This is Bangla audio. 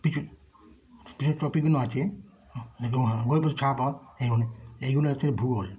পিছনে পিছনে টপিকগুলো আছে ওগুলো ছায়াপথ এগুলো এগুলো হচ্ছে ভূগোল